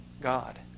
God